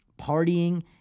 Partying